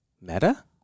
Meta